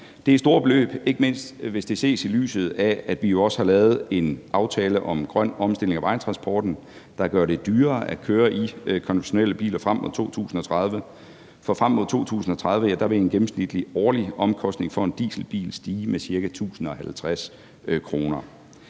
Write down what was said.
Det er store beløb, ikke mindst hvis det ses i lyset af, at vi også har lavet en aftale om en grøn omstilling af vejtransporten, der gør det dyrere at køre i konventionelle biler frem mod 2030, for frem mod 2030 vil en gennemsnitlig årlig omkostning for en dieselbil stige med ca. 1.050 kr.